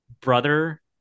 brother